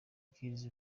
kidz